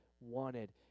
wanted